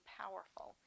powerful